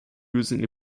using